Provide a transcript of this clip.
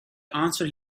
answer